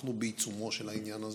אנחנו בעיצומו של העניין הזה,